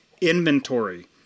inventory